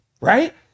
right